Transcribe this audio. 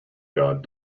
god